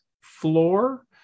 floor